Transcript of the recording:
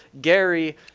Gary